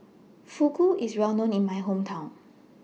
Fugu IS Well known in My Hometown